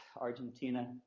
Argentina